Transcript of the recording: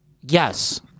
yes